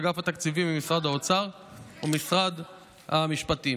אגף התקציבים במשרד האוצר ומשרד המשפטים.